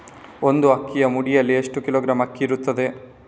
ಒಂದು ಅಕ್ಕಿಯ ಮುಡಿಯಲ್ಲಿ ಎಷ್ಟು ಕಿಲೋಗ್ರಾಂ ಅಕ್ಕಿ ಇರ್ತದೆ?